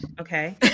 Okay